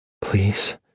Please